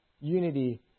Unity